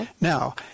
Now